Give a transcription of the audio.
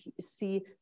see